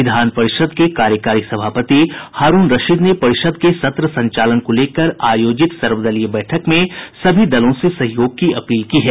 विधान परिषद के कार्यकारी सभापति हारूण रशीद ने परिषद के सत्र संचालन को लेकर आयोजित सर्वदलीय बैठक में सभी दलों से सहयोग की अपील की है